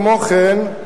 כמו כן,